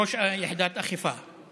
הוא ראש יחידת האכיפה.